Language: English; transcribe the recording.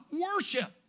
worship